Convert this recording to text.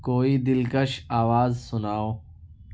کوئی دلکش آواز سناؤ